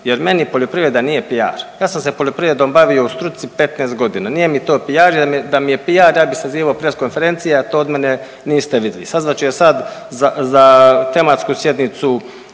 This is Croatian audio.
jer meni poljoprivreda nije PR, ja sam se poljoprivredom bavio u struci 15.g., nije mi to PR jer da mi je PR ja bi sazivao press konferencije, a to od mene niste vidjeli. Sazvat ću je sad za tematsku sjednicu